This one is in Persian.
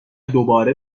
دوباره